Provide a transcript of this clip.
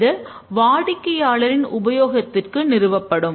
அது வாடிக்கையாளரின் உபயோகத்திற்கு நிறுவப்படும்